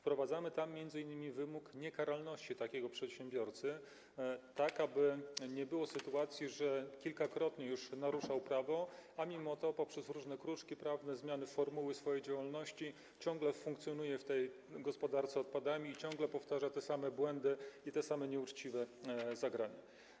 Przewidujemy m.in. wymóg niekaralności takiego przedsiębiorcy, tak aby nie było sytuacji, że kilkakrotnie już naruszał on prawo, a mimo to poprzez różne kruczki prawne, zmiany formuły swojej działalności ciągle funkcjonuje w sferze gospodarki odpadami i ciągle powtarza te same błędy i te same nieuczciwe zagrania.